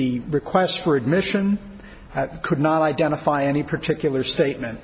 the requests for admission could not identify any particular statement